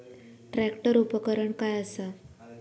Tractor उपकरण काय असा?